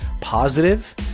positive